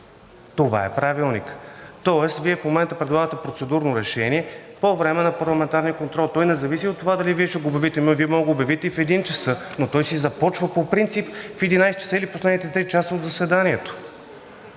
Това е Правилникът! Тоест Вие в момента предлагате процедурно решение по време на парламентарния контрол. Той не зависи от това дали Вие ще го обявите. Вие можете да го обявите и в 13,00 ч., но той си започва по принцип в 11,00 ч., или последните три часа от заседанието.